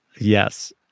Yes